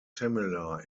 similar